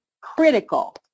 critical